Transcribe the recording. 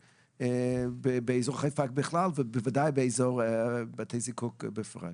באזור חיפה בכלל ובוודאי באזור בתי הזיקוק בפרט.